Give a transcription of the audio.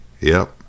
Yep